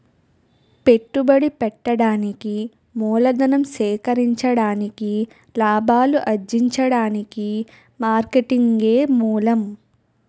పెట్టుబడి పెట్టడానికి మూలధనం సేకరించడానికి లాభాలు అర్జించడానికి మార్కెటింగే మూలం